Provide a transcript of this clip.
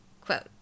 quote